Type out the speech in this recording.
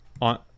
on